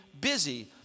busy